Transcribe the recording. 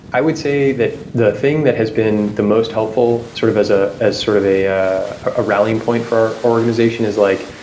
i would say that the thing that has been the most helpful sort of as ah as sort of a yeah ah rallying point for our organization is like,